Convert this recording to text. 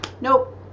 nope